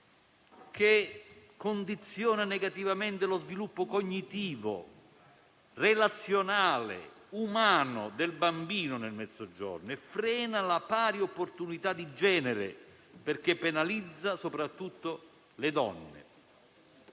che condiziona negativamente lo sviluppo cognitivo, relazionale, umano del bambino nel Mezzogiorno e frena la pari opportunità di genere, perché penalizza soprattutto le donne.